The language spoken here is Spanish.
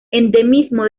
endemismo